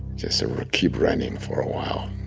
just keep running for a while